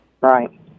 Right